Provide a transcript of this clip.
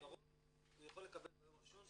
בעקרון הוא יכול לקבל ביום הראשון,